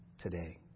today